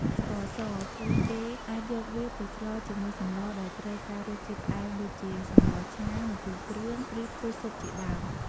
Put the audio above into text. ស្ករស គឺគេអាចយកវាទៅស្លរជាមួយសម្លដែលត្រូវការរសជាតិផ្អែម ដូចជា សម្លរឆា ម្ជូរគ្រឿង ឬធ្វើស៊ុបជាដើម។